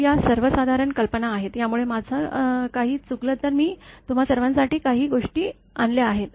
तर या सर्वसाधारण कल्पना आहेत त्यामुळे माझं काही चुकलं तर मी तुम्हा सर्वांसाठी काही गोष्टी आणल्या आहेत